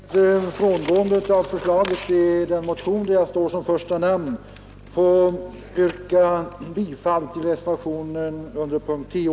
Herr talman! Jag ber att få, med frångående av förslaget i den motion där jag står som första namn, yrka bifall till reservationen E vid punkten 10.